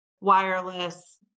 wireless